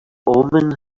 omen